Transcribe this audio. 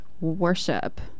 worship